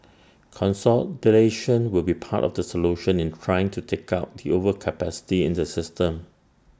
consolidation will be part of the solution in trying to take out the overcapacity in the system